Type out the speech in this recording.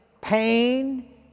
pain